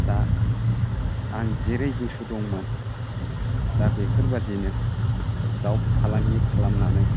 दा आं जेरै गोसो दंमोन दा बेफोरबादिनो दाव फालांगि खालामनानै